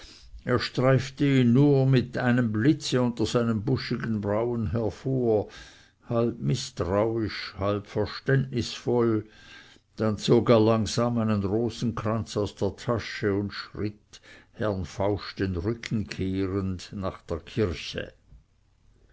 er streifte ihn nur mit einem blitze unter seinen buschigen brauen hervor halb mißtrauisch halb verständnisvoll dann zog er langsam einen rosenkranz aus der tasche und schritt herrn fausch den rücken zukehrend nach der kirche